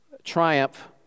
Triumph